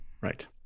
right